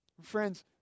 Friends